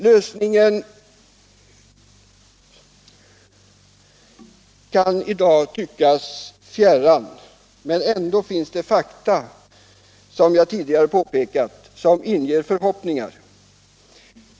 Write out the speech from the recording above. Lösningen kan i dag tyckas fjärran. Men som jag tidigare påpekade finns det ändå fakta som inger förhoppningar.